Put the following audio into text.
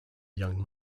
young